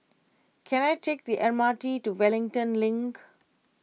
can I take the M R T to Wellington Link